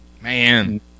Man